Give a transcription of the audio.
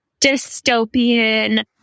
dystopian